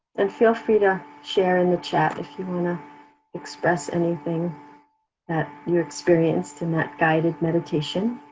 and feel free to share in the chat if you wanna express anything that you experienced in that guided meditation.